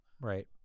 right